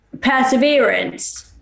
Perseverance